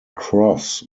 cross